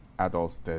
adults